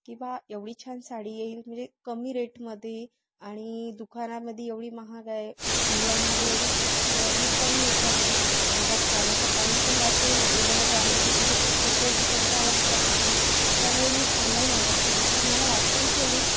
की बा एवढी छान साडी येईल म्हणजे कमी रेटमध्ये आणि दुकानामध्ये एवढी महाग आहे ऑनलाईनमध्ये एवढी स्वस्त आहे आणि कमी याच्यामध्ये माझा जाण्याचा टाईम पण वाचेल येणं जाणं म्हणजे पेट्रोलचा खर्च आलाच त्यामध्ये त्यामुळे मी ऑनलाईन ऑर्डर केली तर मला वाटलेलं की एवढीच